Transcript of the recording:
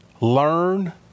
learn